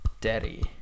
daddy